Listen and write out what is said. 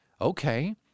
Okay